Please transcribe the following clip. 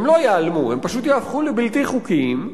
הם לא ייעלמו, הם פשוט ייהפכו לבלתי חוקיים.